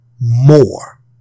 more